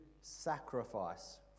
sacrifice